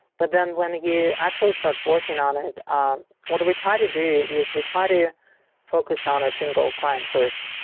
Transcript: but then when you actually start working on it, um what do we try to do is we try to focus on a single client first.